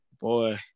Boy